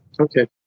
Okay